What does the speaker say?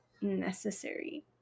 necessary